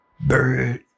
bird